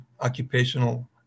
occupational